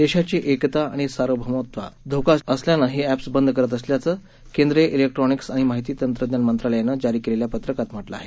देशाची एकता आणि सार्वभौमत्वाला धोका असल्यानं ही अॅप्स बंद करत असल्याचं केंद्रीय ज़ेक्ट्रॉनिक्स आणि माहिती तंत्रज्ञान मंत्रालयानं जारी केलेल्या पत्रकात म्हटलं आहे